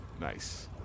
Nice